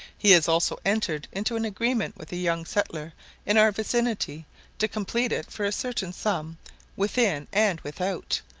he has also entered into an agreement with a young settler in our vicinity to complete it for a certain sum within and without,